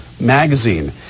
magazine